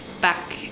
back